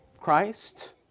Christ